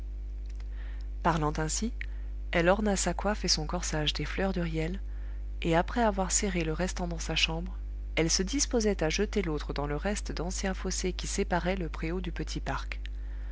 parlant ainsi elle orna sa coiffe et son corsage des fleurs d'huriel et après avoir serré le restant dans sa chambre elle se disposait à jeter l'autre dans le reste d'ancien fossé qui séparait le préau du petit parc